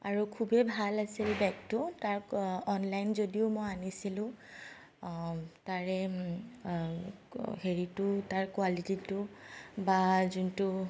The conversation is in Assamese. আৰু খুবেই ভাল আছিল বেগটো তাক অনলাইন যদিও মই আনিছিলো তাৰে হেৰিটো তাৰে কোৱালিটীটো বা যোনটো